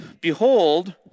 behold